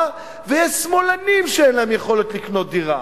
ויש שמאלנים שאין להם יכולת לקנות דירה.